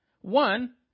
One